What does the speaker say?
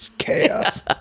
chaos